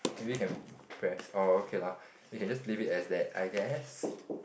maybe can press oh okay lah we can just leave it as that I guess